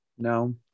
No